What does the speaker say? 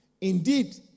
Indeed